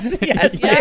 Yes